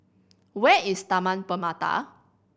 where is Taman Permata